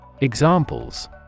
Examples